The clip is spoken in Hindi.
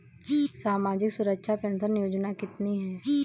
सामाजिक सुरक्षा पेंशन योजना कितनी हैं?